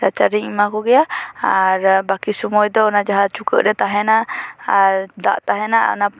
ᱨᱟᱪᱟ ᱨᱤᱧ ᱮᱢᱟ ᱠᱚᱜᱮᱭᱟ ᱟᱨ ᱵᱟᱠᱤ ᱥᱚᱢᱚᱭ ᱫᱚ ᱡᱟᱦᱟᱸ ᱪᱩᱠᱟᱹᱜ ᱨᱮ ᱛᱟᱦᱮᱱᱟ ᱟᱨ ᱫᱟᱜ ᱛᱟᱦᱮᱱᱟ ᱚᱱᱟ